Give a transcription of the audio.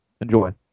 Enjoy